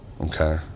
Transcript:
Okay